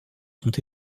sont